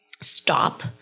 stop